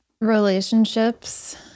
relationships